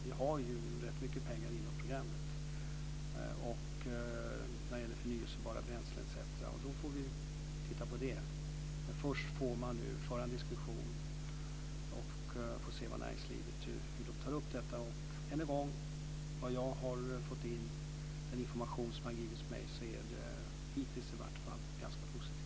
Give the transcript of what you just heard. Vi har rätt mycket pengar inom programmet när det gäller förnybara bränslen etc. Vi får titta på det, men först får man föra en diskussion och se hur näringslivet tar upp detta. Än en gång: Den information jag har fått visar att det åtminstone hittills är ganska positivt.